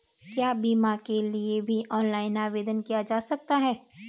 क्या बीमा के लिए भी ऑनलाइन आवेदन किया जा सकता है?